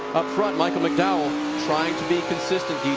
up front michael mcdowell trying to be consistent.